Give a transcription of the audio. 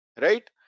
right